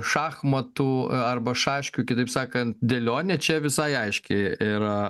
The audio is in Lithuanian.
šachmatų arba šaškių kitaip sakant dėlionė čia visai aiški ir